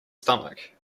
stomach